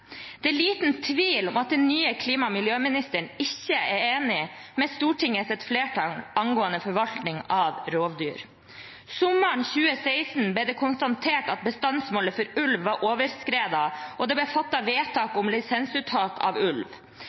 Det er liten tvil om at den nye klima- og miljøministeren ikke er enig med Stortingets flertall angående forvaltning av rovdyr. Sommeren 2016 ble det konstatert at bestandsmålet for ulv var overskredet, og det ble fattet vedtak om lisensuttak av ulv.